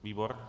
Výbor?